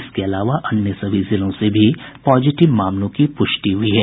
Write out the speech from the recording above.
इसके अलावा अन्य सभी जिलों से भी पॉजिटिव मामलों की प्रष्टि हई है